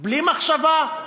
בלי מחשבה,